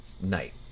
night